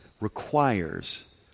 requires